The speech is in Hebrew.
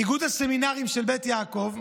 איגוד הסמינרים של בית יעקב,